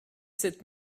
sept